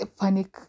panic